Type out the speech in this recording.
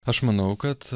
aš manau kad